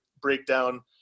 breakdown